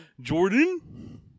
Jordan